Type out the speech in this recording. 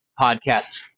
podcast